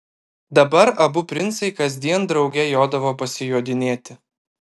dabar abu princai kasdien drauge jodavo pasijodinėti